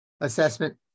assessment